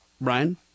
Brian